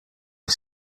are